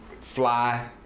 Fly